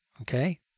okay